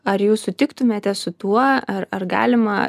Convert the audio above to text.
ar jūs sutiktumėte su tuo ar ar galima